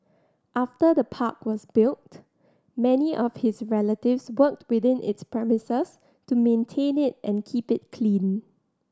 after the park was built many of his relatives worked within its premises to maintain it and keep it clean